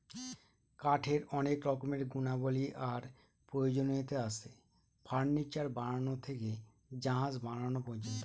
কাঠের অনেক রকমের গুণাবলী আর প্রয়োজনীয়তা আছে, ফার্নিচার বানানো থেকে জাহাজ বানানো পর্যন্ত